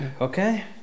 Okay